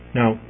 now